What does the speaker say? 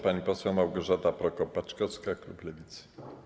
Pani poseł Małgorzata Prokop-Paczkowska, klub Lewicy.